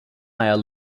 are